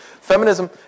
Feminism